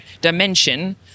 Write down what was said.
dimension